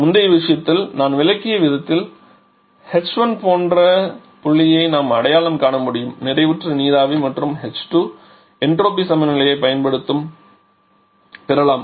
முந்தைய விஷயத்தில் நான் விளக்கிய விதத்தில் h1 போன்ற புள்ளியை நாம் அடையாளம் காண முடியும் நிறைவுற்ற நீராவி மற்றும் h2 என்ட்ரோபி சமநிலையைப் பயன்படுத்தி பெறலாம்